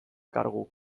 kargu